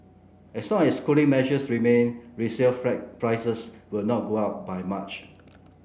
as long as cooling measures remain resale prices will not go up by much